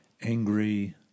angry